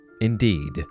Indeed